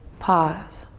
pause.